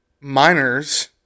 miners